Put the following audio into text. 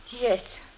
Yes